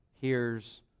hears